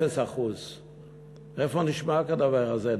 0%. איפה נשמע כדבר הזה,